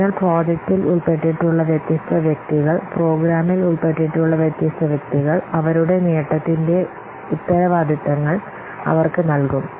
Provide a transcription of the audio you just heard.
അതിനാൽ പ്രോജക്റ്റിൽ ഉൾപ്പെട്ടിട്ടുള്ള വ്യത്യസ്ത വ്യക്തികൾ പ്രോഗ്രാമിൽ ഉൾപ്പെട്ടിട്ടുള്ള വ്യത്യസ്ത വ്യക്തികൾ അവരുടെ നേട്ടത്തിന്റെ ഉത്തരവാദിത്തങ്ങൾ അവർക്ക് നൽകും